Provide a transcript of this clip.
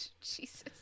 jesus